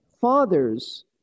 fathers